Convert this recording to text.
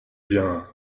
bien